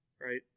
right